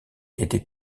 était